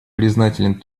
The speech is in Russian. признателен